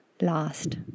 last